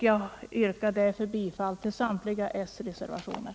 Jag yrkar därför bifall till samtliga s-reservationer.